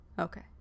Okay